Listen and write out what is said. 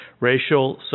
racial